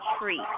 treat